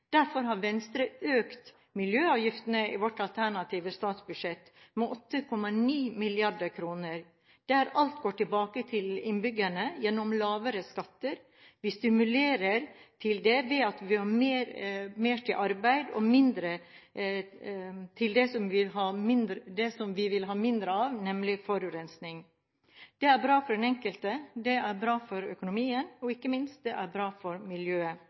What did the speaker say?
Derfor har Venstre økt miljøavgiftene i sitt alternative statsbudsjett med 8,9 mrd. kr, der alt går tilbake til innbyggerne gjennom lavere skatter. Vi stimulerer til det vi vil ha mer av, arbeid, og mindre til det vi vil ha mindre av, nemlig forurensning. Det er bra for den enkelte, det er bra for økonomien, og ikke minst: Det er bra for miljøet.